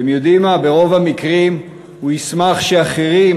אתם יודעים מה, ברוב המקרים הוא ישמח לשאת אחרים